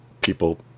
people